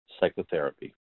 psychotherapy